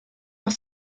noch